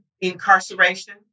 incarceration